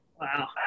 Wow